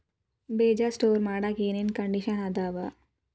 ಬೇಜ ಸ್ಟೋರ್ ಮಾಡಾಕ್ ಏನೇನ್ ಕಂಡಿಷನ್ ಅದಾವ?